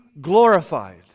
glorified